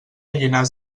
llinars